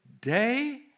day